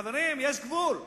חברים, יש גבול.